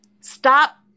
Stop